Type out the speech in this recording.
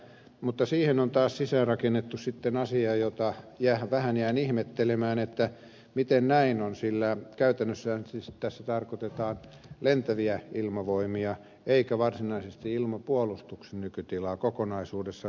mutta siihen on taas sisäänrakennettu sitten asia jota vähän jään ihmettelemään miten näin on sillä käytännössähän siis tässä tarkoitetaan lentäviä ilmavoimia eikä varsinaisesti ilmapuolustuksen nykytilaa kokonaisuudessaan